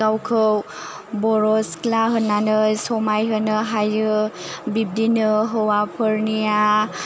गावखौ बर' सिख्ला होननानै समायहोनो हायो बिबदिनो हौवाफोरनिया